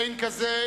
אין כזה.